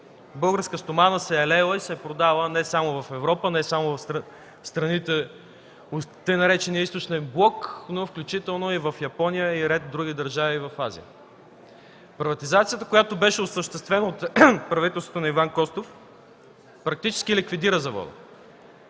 Българска стомана се е леела и се е продавала не само в Европа, не само в страните от така наречения „Източен блок”, но включително в Япония и ред други държави в Азия. Приватизацията, осъществена от правителството на Иван Костов, практически ликвидира завода.